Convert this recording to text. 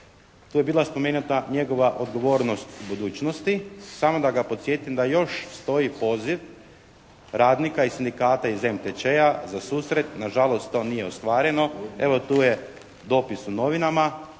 Tu je bila spomenuta njegova odgovornost u budućnosti. Samo da ga podsjetim da još stoji poziv radnika i sindikata iz MTČ-a za susret. Nažalost, to nije ostvareno. Evo, tu je dopis u novinama.